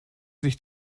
sich